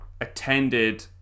attended